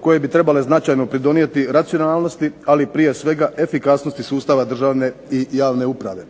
koje bi trebalo značajno pridonijeti racionalnosti, ali prije svega efikasnosti sustava državne i javne uprave.